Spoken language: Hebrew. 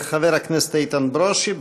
חבר הכנסת איתן ברושי,